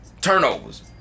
turnovers